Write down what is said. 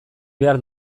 behar